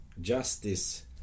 justice